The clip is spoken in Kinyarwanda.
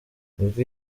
n’ubwo